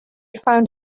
found